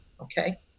okay